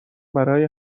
برای